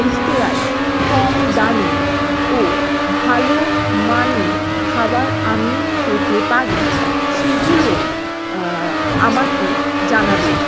রেস্তোরাঁয় কম দামে ও ভালো মানের খাবার আমি পেতে পারি সেগুলো আমাকে জানাবেন